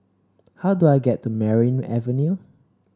how do I get to Merryn Avenue